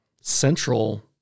central